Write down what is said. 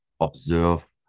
Observe